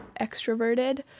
extroverted